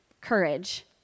courage